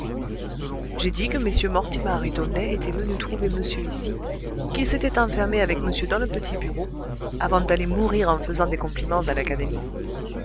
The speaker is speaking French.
j'ai dit que mm mortimar et d'aulnay étaient venus trouver monsieur ici qu'ils s'étaient enfermés avec monsieur dans le petit bureau avant d'aller mourir en faisant des compliments à l'académie